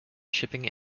shipping